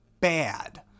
bad